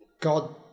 God